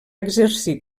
exercir